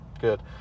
Good